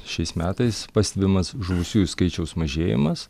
šiais metais pastebimas žuvusiųjų skaičiaus mažėjimas